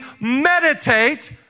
meditate